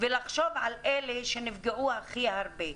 ולחשוב על אלה שנפגעו הרכי הרבה,